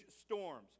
storms